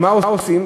מה עושים?